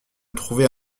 trouver